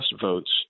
votes